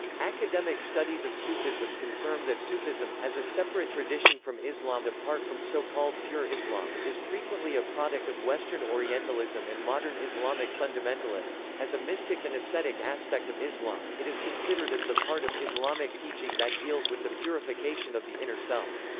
academic studies of sufism confirm that sufism, as a separate tradition from islam apart from so-called pure islam, is frequently a product of western orientalism and modern islamic fundamentalists as a mystic and ascetic aspect of islam, it is considered as the part of islamic teaching that deals with the purification of the inner self.